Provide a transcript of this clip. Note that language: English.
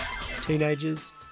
Teenagers